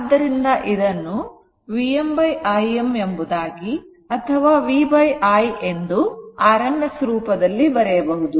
ಆದ್ದರಿಂದ ಇದನ್ನುVm Im ಎಂಬುದಾಗಿ ಅಥವಾ V I ಎಂದು rms ರೂಪದಲ್ಲಿ ಬರೆಯಬಹುದು